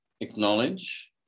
acknowledge